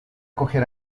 coger